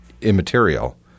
Immaterial